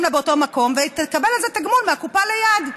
לה באותו מקום ותקבל על זה תגמול מהקופה ליד.